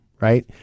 right